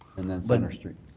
and then centre street.